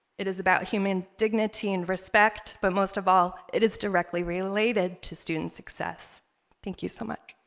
it is about human dignity and respect but most of all it is directly related to student success thank you so much